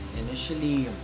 initially